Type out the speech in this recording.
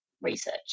research